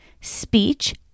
speech